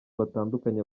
batandukanye